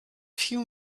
few